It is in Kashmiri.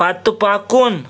پتہٕ پکُن